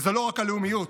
וזה לא רק הלאומיות.